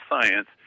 Science